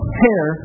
hair